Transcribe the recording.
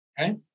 Okay